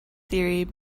theory